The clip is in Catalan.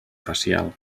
facial